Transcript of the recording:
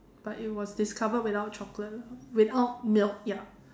but it was discovered without chocolate without milk ya